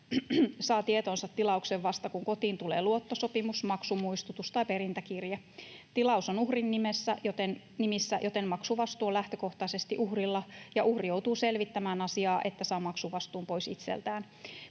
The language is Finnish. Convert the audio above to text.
saa tietoonsa tilauksen vasta, kun kotiin tulee luottosopimus, maksumuistutus tai perintäkirje. Tilaus on uhrin nimissä, joten maksuvastuu on lähtökohtaisesti uhrilla ja uhri joutuu selvittämään asiaa, että saa maksuvastuun pois itseltään.